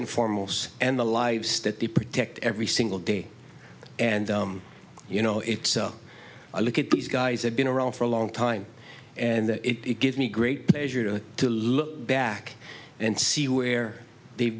and foremost and the lives that they protect every single day and you know it so i look at these guys have been around for a long time and it gives me great pleasure to to look back and see where they've